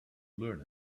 learn